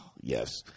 Yes